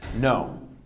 No